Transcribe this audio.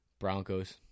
Broncos